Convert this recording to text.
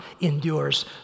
endures